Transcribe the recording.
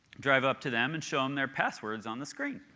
drive up to them and show them their passwords on the screen.